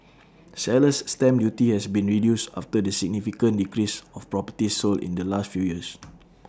seller's stamp duty has been reduced after the significant decrease of properties sold in the last few years